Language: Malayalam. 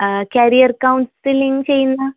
കരിയർ കൗൺസലിങ്ങ് ചെയ്യുന്ന